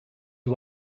you